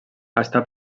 està